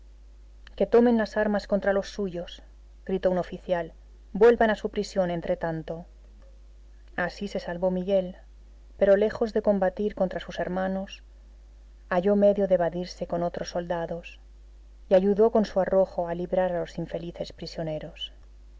que tomen las armas contra los suyos gritó un oficial vuelvan a su prisión entre tanto así se salvó miguel pero lejos de combatir contra sus hermanos halló medio de evadirse con otros soldados y ayudó con su arrojo a librar a los infelices prisioneros